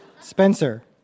Spencer